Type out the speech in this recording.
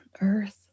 earth